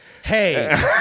Hey